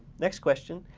next question,